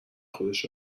خودش